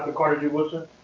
ah carter g. woodson?